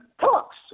talks